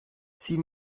sie